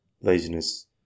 Laziness